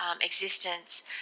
existence